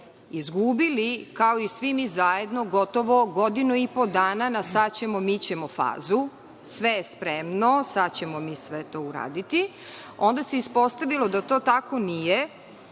izgubili kao i mi svi zajedno gotovo godinu i po dana na sad ćemo i mi ćemo fazu, sve je spremno, sad ćemo mi sve to uraditi. Onda se ispostavilo da to tako nije